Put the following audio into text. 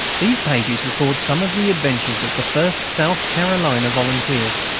these pages record some of the adventures of the first south carolina volunteers,